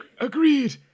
Agreed